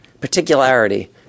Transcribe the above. particularity